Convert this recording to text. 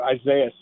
Isaiah